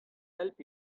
help